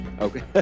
Okay